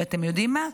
ואתם יודעים מה?